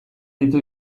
ditu